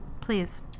Please